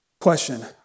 Question